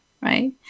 Right